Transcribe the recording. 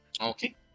okay